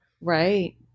Right